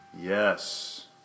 yes